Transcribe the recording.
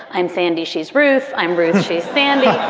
i'm sandy. she's ruth. i'm ruth. she's sandy.